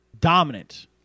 dominant